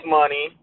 money